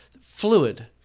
Fluid